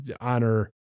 honor